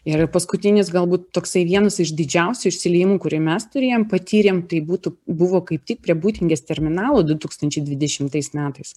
ir paskutinis galbūt toksai vienas iš didžiausių išsiliejimų kurį mes turėjom patyrėm tai būtų buvo kaip tik prie būtingės terminalo du tūkstančiai dvidešimtais metais